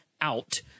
out